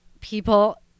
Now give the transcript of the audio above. people